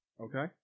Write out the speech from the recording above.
Okay